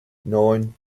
neun